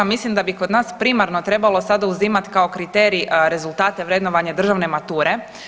Mislim da bi kod nas primarno trebalo sada uzimat kao kriterij rezultate vrednovanja državne mature.